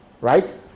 Right